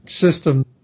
system